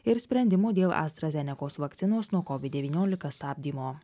ir sprendimų dėl astra zenekos vakcinos nuo kovid devyniolikos stabdymo